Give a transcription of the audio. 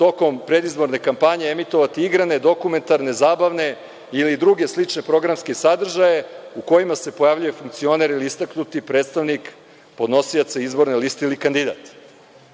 tokom predizborne kampanje emitovati igrane, dokumentarne, zabavne ili druge slične programske sadržaje u kojima se pojavljuje funkcioner ili istaknuti predstavnik podnosioca izborne liste ili kandidat. Da